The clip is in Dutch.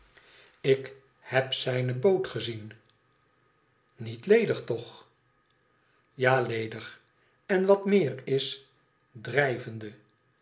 ik heb zijne boot gezien niet ledig toch ija ledig en wat meer is drijvende